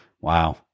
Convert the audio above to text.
Wow